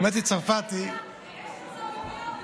יש גם רבניות.